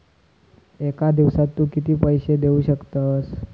एका दिवसात तू किती पैसे देऊ शकतस?